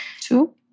two